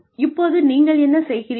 இப்போது நீங்கள் என்ன செய்கிறீர்கள்